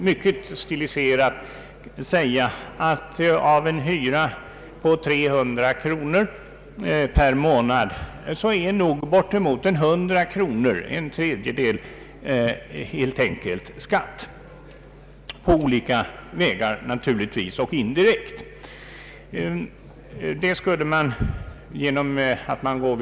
Mycket stiliserat kan man säga att av en hyra på 300 kronor per månad utgör ca 100 kronor, alltså en tredjedel, helt enkelt skatt som indirekt tas ut på olika vägar.